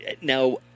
now